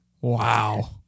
Wow